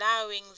allowing